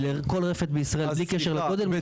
לכל רפת בישראל בלי קשר לגודל מותר- -- סליחה,